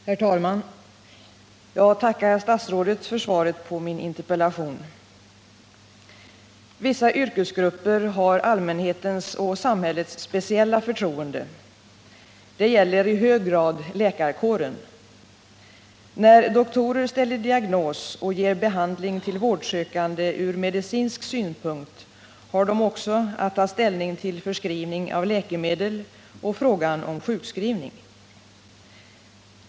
Herr talman! Jag tackar statsrådet för svaret på min interpellation. Vissa yrkesgrupper har allmänhetens och samhällets speciella förtroende. Det gäller i hög grad läkarkåren. När doktorer ställer diagnos och ger behandling till vårdsökande ur medicinsk synpunkt har de också att ta ställning till förskrivning av läkemedel och frågan om sjukskrivning.